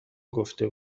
گفته